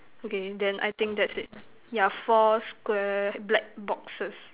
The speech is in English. okay then I think that's it yeah four square black boxes